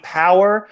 power